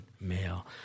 male